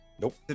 Nope